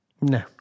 No